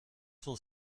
sont